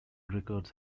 records